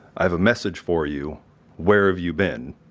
i have a message for you where have you been?